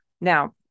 Now